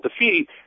defeat